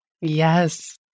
Yes